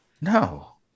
No